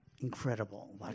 incredible